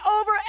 over